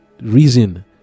reason